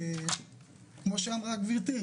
כמה הם כן הנגישו,